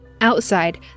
Outside